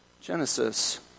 Genesis